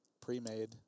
pre-made